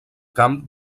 camp